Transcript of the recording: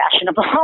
fashionable